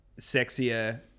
Sexier